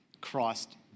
Christ